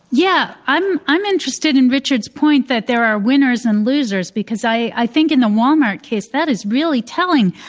yeah. i'm i'm interested in richard's point that there are winners and losers, because i think in the walmart case, that is really telling.